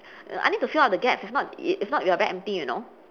err I need to fill up the gaps if not if not we are very empty you know